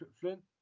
Flint